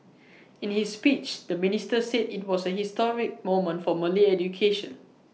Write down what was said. in his speech the minister said IT was A historic moment for Malay education